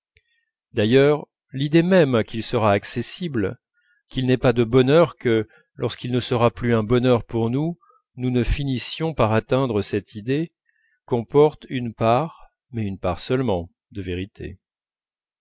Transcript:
d'ailleurs l'idée même qu'il sera accessible qu'il n'est pas de bonheur que lorsqu'il ne sera plus un bonheur pour nous nous ne finissions par atteindre cette idée comporte une part mais une part seulement de vérité